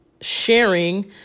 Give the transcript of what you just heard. sharing